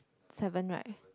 seven right